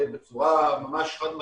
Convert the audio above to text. בצורה ממש חד משמעית,